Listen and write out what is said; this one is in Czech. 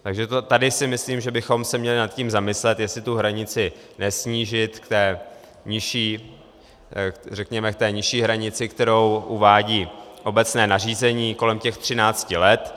Takže tady si myslím, že bychom se měli nad tím zamyslet, jestli tu hranici nesnížit řekněme k té nižší hranici, kterou uvádí obecné nařízení, kolem těch 13 let.